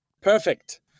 Perfect